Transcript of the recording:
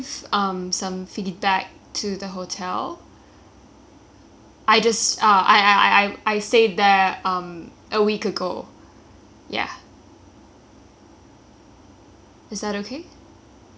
I just uh I I I I I stayed there um a week ago is that okay